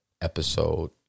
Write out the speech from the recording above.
Episode